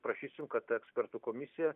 prašysim kad ta ekspertų komisija